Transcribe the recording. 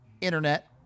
internet